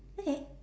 okay